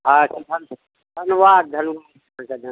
अच्छा ने धन्यवाद धन्यबाद